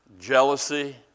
jealousy